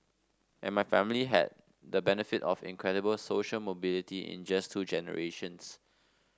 and my family had the benefit of incredible social mobility in just two generations